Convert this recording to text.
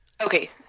Okay